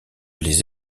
les